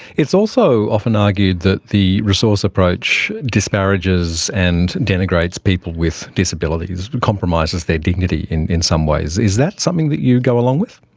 it's also often argued that the resource approach disparages and denigrates people with disabilities, compromises their dignity in in some ways. is that something that you go along with?